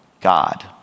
God